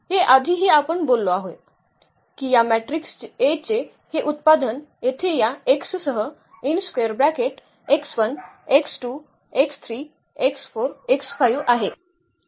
हे याआधी आपण बोललो आहे की या मॅट्रिक्स A चे हे उत्पादन येथे या X सह आहे